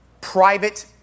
private